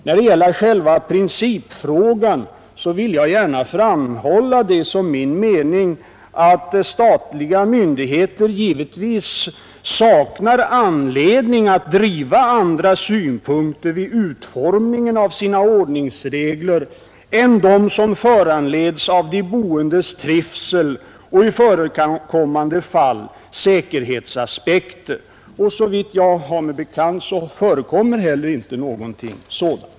När det gäller själva principfrågan vill jag framhålla som min mening att statliga myndigheter givetvis saknar anledning att driva andra synpunkter vid utformningen av sina ordningsregler än vad som föranleds av de boendes trivsel och i förekommande fall säkerhetsaspekter. Såvitt jag har mig bekant, förekommer heller ingenting sådant.